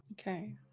Okay